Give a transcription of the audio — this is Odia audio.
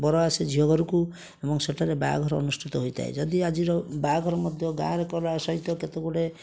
ବର ଆସେ ଝିଅ ଘରକୁ ଏବଂ ସେଇଟାରେ ବାହାଘର ଅନୁଷ୍ଠିତ ହୋଇଥାଏ ଯଦି ଆଜିର ବାହାଘର ମଧ୍ୟ ଗାଁରେ କରିବା ସହିତ କେତେ ଗୁଡ଼ିଏ